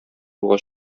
юлга